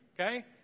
Okay